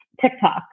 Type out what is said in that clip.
TikTok